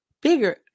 Bigger